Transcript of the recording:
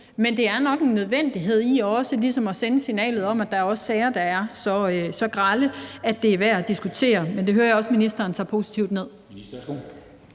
men det er nok en nødvendighed, i og med at det ligesom sender signalet om, at der også er sager, der er så grelle, at det er værd at diskutere, men det hører jeg også ministeren tager positivt ned.